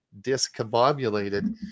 discombobulated